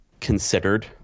considered